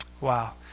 Wow